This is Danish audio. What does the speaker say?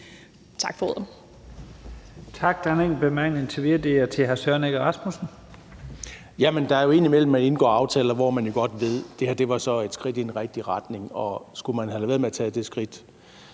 Tak for ordet.